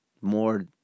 more